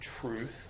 truth